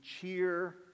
cheer